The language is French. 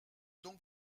donc